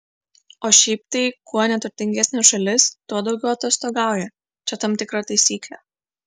o šiaip tai kuo neturtingesnė šalis tuo daugiau atostogauja čia tam tikra taisyklė